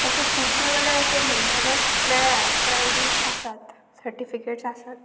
अशें खुबशे कडेन अशें म्हण्णा वट मेळ्या प्रायजीस आसात सर्टिफिकेट्स आसात